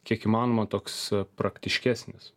kiek įmanoma toks praktiškesnis